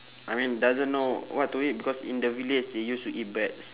I mean doesn't know what to eat because in the village they used to eat breads